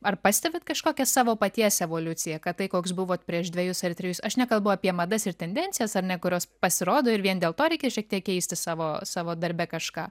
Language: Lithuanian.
ar pastebit kažkokią savo paties evoliuciją kad tai koks buvot prieš dvejus ar trejus aš nekalbu apie madas ir tendencijas ar ne kurios pasirodo ir vien dėl to reikia šiek tiek keisti savo savo darbe kažką